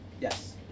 Yes